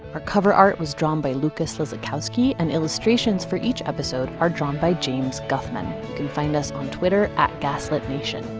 our cover art was drawn by lucas lizakowski and illustrations for each episode are drawn by james guffman. you can find us on twitter at gaslit nation.